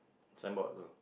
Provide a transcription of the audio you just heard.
signboard you know